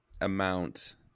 amount